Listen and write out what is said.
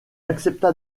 accepta